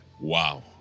wow